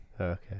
Okay